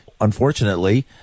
unfortunately